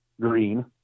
green